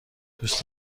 دوست